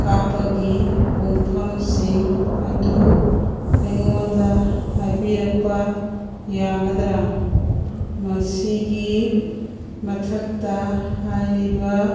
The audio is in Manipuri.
ꯀꯥꯞꯄꯒꯤ ꯄꯨꯡꯐꯝꯁꯤꯡ ꯑꯗꯨ ꯑꯩꯉꯣꯟꯗ ꯍꯥꯏꯕꯤꯔꯛꯄ ꯌꯥꯒꯗ꯭ꯔꯥ ꯃꯁꯤꯒꯤ ꯃꯊꯛꯇ ꯍꯥꯏꯔꯤꯕ